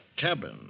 cabin